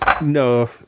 No